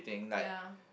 ya